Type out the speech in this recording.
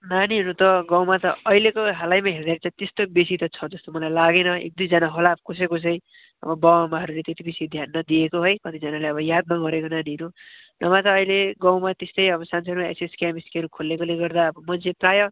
नानीहरू त गाउँमा त अहिलेको हालैमा हेर्दाखेरि चाहिँ त्यस्तो त बेसी छ जस्तो त मलाई लागेन एक दुईजना होला कसै कसै अब बाबुआमाहरूले त्यति बेसी ध्यान नदिएको है कतिजनाले अब याद नगरेको नानीहरू नभए त अहिले गाउँमा त्यस्तै अब सानसानो एसएसके एमएसके स्कुलहरू खोलिएकोले गर्दा अब मान्छे प्रायः